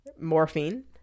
morphine